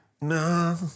No